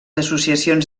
associacions